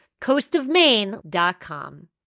coastofmaine.com